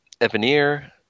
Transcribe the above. Evanier